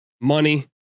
money